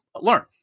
learn